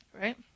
Right